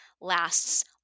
lasts